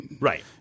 Right